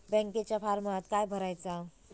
बँकेच्या फारमात काय भरायचा?